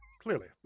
clearly